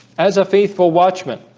as a faithful watchman